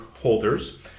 holders